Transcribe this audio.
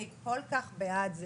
אני כל כך בעד זה,